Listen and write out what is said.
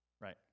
Right